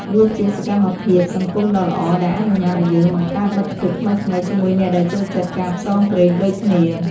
វាជាសកម្មភាពសង្គមដ៏ល្អ ដែលអនុញ្ញាតឱ្យយើងបង្កើតមិត្តភាពថ្មីៗជាមួយអ្នកដែលចូលចិត្តការផ្សងព្រេងដូចគ្នា។